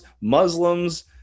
Muslims